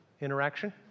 interaction